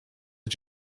are